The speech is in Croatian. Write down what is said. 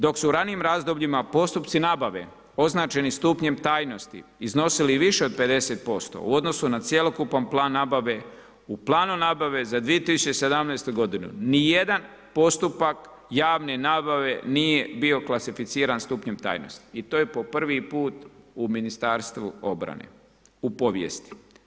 Dok su u ranijim razdobljima postupci nabave označeni stupnjem tajnosti iznosili više od 50% u odnosu na cjelokupan plan nabave, u planu nabave za 2017. godinu nijedan postupak javne nabave nije bio klasificiran stupnjem tajnosti i to je po prvi put u Ministarstvu obrane, u povijesti.